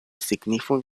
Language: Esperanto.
signifon